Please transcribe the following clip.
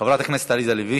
חברת הכנסת עליזה לביא.